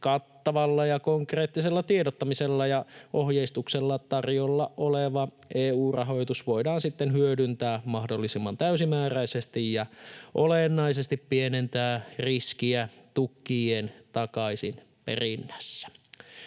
Kattavalla ja konkreettisella tiedottamisella ja ohjeistuksella tarjolla oleva EU-rahoitus voidaan hyödyntää mahdollisimman täysimääräisesti ja pienentää olennaisesti riskiä tukien takaisin perinnässä.